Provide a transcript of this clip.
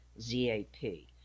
Z-A-P